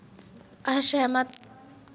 असहमत